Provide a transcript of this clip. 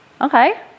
Okay